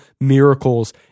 miracles